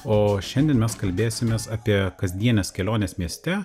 o šiandien mes kalbėsimės apie kasdienes keliones mieste